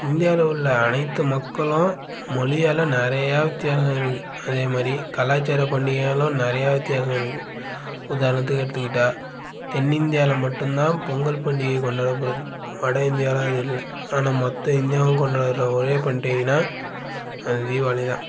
இந்தியாவில் உள்ள அனைத்து மக்களும் மொழியால் நிறையா வித்தியாசமாயிருக்கு அதேமாதிரி கலாச்சார பண்டிகையாலும் நிறையா வித்தியாசம் இருக்குது உதாரணத்துக்கு எடுத்துக்கிட்டால் தென்னிந்தியாவில் மட்டுந்தான் பொங்கல் பண்டிகை கொண்டாடப்படுது வட இந்தியாவில் அது இல்லை ஆனால் மொத்த இந்தியாவும் கொண்டாடுற ஒரே பண்டிகைனா அது தீபாவளி தான்